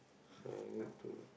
sorry where to